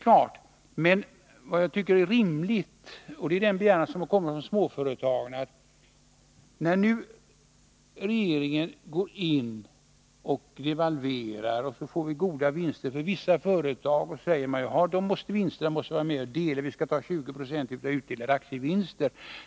När nu regeringen går in och devalverar blir det goda vinster för vissa företag. Då säger man: De vinsterna måste delas; vi skall ta 20 90 av utdelade aktievinster.